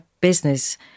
business